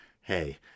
Hey